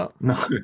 no